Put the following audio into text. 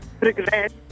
regret